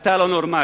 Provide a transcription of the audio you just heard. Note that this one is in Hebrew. אתה לא נורמלי.